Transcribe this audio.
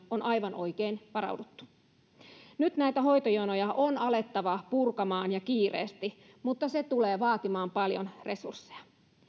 on aivan oikein varauduttu nyt näitä hoitojonoja on alettava purkamaan ja kiireesti mutta se tulee vaatimaan paljon resursseja